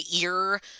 ear